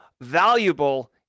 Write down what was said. valuable